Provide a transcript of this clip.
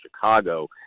Chicago